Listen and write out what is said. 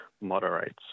moderates